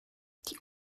die